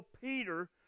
Peter